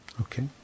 Okay